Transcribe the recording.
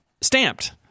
Stamped